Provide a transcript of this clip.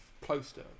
poster